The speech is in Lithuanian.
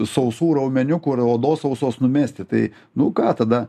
sausų raumenukų ar odos sausos numesti tai nu ką tada